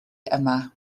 yma